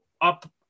up